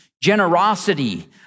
generosity